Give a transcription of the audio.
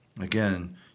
Again